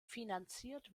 finanziert